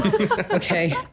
Okay